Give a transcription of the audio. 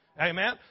amen